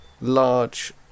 large